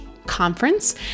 conference